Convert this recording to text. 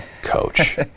coach